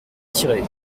tirée